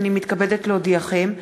הנני מתכבדת להודיעכם,